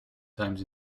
times